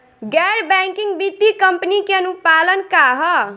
गैर बैंकिंग वित्तीय कंपनी के अनुपालन का ह?